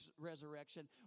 resurrection